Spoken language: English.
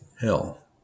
hell